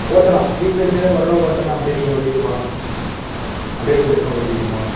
ஓட்டலாம் tubeless tyre ஓரளவு ஓட்டலாம் அப்படியே நீங்கள் ஓட்டிட்டுப் போகலாம் அப்படியே கொஞ்சம் தூரம் ஓட்டிட்டுப் போனோம்